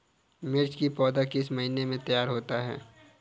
मिर्च की पौधा किस महीने में तैयार होता है?